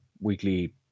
weekly